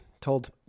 told